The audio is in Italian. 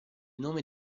nome